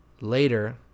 Later